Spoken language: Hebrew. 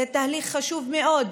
זה תהליך חשוב מאוד,